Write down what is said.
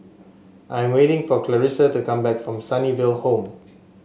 I'm waiting for Clarisa to come back from Sunnyville Home